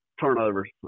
turnovers